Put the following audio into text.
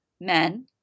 men